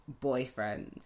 boyfriends